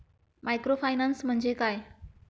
Microfinance म्हणजे काय?